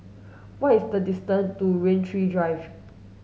what is the distance to Rain Tree Drive